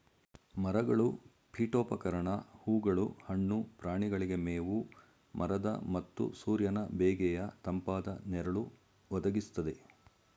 ಮರಗಳು ಪೀಠೋಪಕರಣ ಹೂಗಳು ಹಣ್ಣು ಪ್ರಾಣಿಗಳಿಗೆ ಮೇವು ಮರದ ಮತ್ತು ಸೂರ್ಯನ ಬೇಗೆಯ ತಂಪಾದ ನೆರಳು ಒದಗಿಸ್ತದೆ